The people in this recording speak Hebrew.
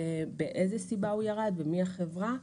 מה הסיבה לכך שהוא ירד ומי החברה.